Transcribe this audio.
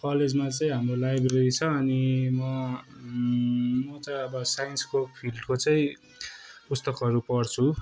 कलेजमा चाहिँ हाम्रो लाइब्रेरी छ अनि म म चाहिँ अब साइन्सको फिल्डको चाहिँ पुस्तकहरू पढ्छु